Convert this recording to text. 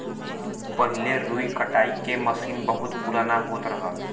पहिले रुई कटाई के मसीन बहुत पुराना होत रहल